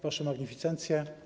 Wasze Magnificencje!